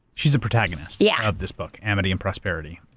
she's the protagonist. yeah. of this book, amity and prosperity,